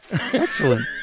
excellent